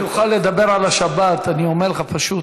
אם אני אוכל לדבר על השבת, אני אומר לך פשוט: